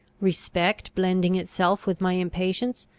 respect blending itself with my impatience,